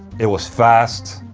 it was fast,